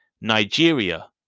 Nigeria